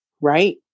right